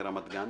מרמת גן,